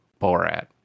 Borat